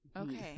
Okay